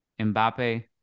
Mbappe